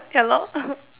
ya lor